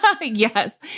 Yes